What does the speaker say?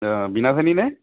অঁ বিনা চেনী নে